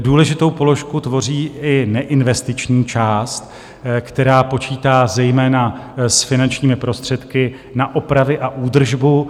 Důležitou položku tvoří i neinvestiční část, která počítá zejména s finančními prostředky na opravy a údržbu.